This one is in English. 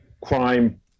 crime